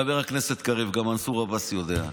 חבר הכנסת קריב, גם מנסור עבאס יודע.